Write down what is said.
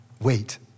wait